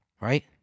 right